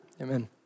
amen